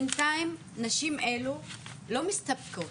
בינתיים הנשים הללו לא מסתפקות,